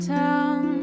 town